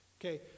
Okay